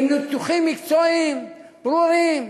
עם ניתוחים מקצועיים, ברורים,